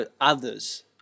others